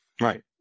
Right